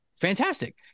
Fantastic